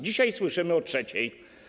Dzisiaj słyszymy o trzeciej.